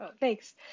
Thanks